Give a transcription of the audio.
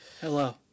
Hello